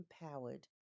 empowered